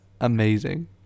amazing